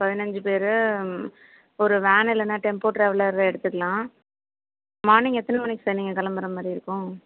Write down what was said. பதினஞ்சி பேர் ஒரு வேன் இல்லைனா டெம்போ ட்ராவலர் எடுத்துக்கலாம் மார்னிங் எத்தனை மணிக்கு சார் நீங்கள் கிளம்புற மாதிரி இருக்கும்